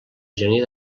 gener